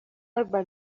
urban